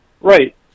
Right